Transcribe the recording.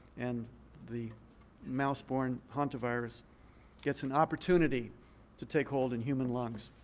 and the mouse-born hantavirus gets an opportunity to take hold in human lungs.